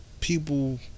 people